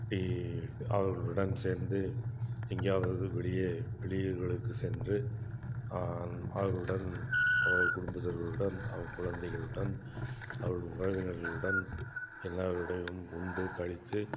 அவர்களுடன் சேர்ந்து எங்கேயாவது வெளியே வெளியூர்களுக்கு சென்று அவர்களுடன் அவர்கள் குடும்பத்தார்களுடன் அவர் குழந்தைகளுடன் அவர்கள் உறவினர்களுடன் எல்லோருடனும் உண்டு கழித்து